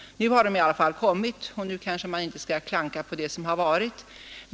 Nu har de i alla fall kommit och man kanske inte skall klanka på det som varit.